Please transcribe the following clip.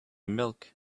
milk